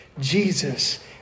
Jesus